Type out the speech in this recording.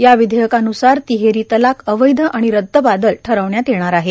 या विधेयकानुसार तिहेरी तलाक अवैध आणि रद्दबातल ठरवण्यात येणार आहे